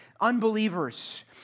unbelievers